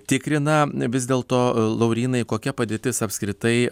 tikrina vis dėlto laurynai kokia padėtis apskritai